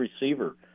receiver